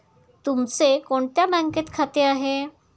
तुमचे कोणत्या बँकेत खाते आहे?